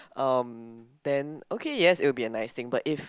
um then okay yes it would be a nice thing but if